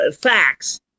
facts